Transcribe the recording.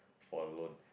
for a loan